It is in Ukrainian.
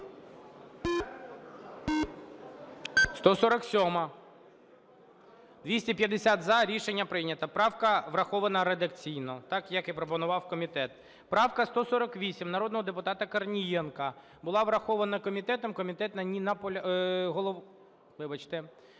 За-250 Рішення прийнято. Правка врахована редакційно, так, як і пропонував комітет. Правка 148 народного депутата Корнієнка. Була врахована комітетом, комітет на ній наполягав…